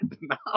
now